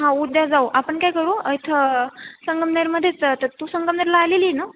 हां उद्या जाऊ आपण काय करू इथं संगमनेरमध्येच तर तू संगमनेरला आलेली ना